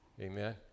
Amen